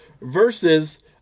versus